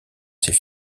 ces